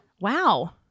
wow